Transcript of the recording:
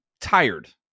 tired